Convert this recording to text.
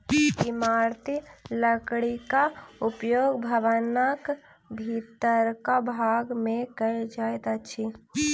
इमारती लकड़ीक उपयोग भवनक भीतरका भाग मे कयल जाइत अछि